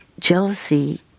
Jealousy